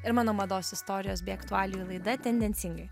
ir mano mados istorijos bei aktualijų laida tendencingai